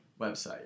website